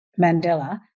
Mandela